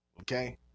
okay